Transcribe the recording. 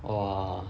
!wah!